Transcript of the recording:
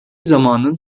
zamanın